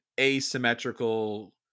asymmetrical